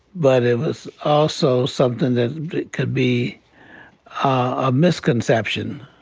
but it was also something that could be a misconception.